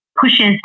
pushes